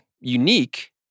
unique